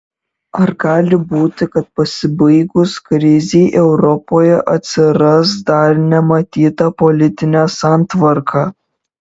ar gali būti kad pasibaigus krizei europoje atsiras dar nematyta politinė santvarka